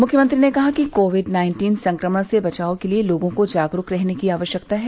मुख्यमंत्री ने कहा कि कोविड नाइन्टीन संक्रमण से बचाव के लिए लोगों को जागरूक रहने की आवश्यकता है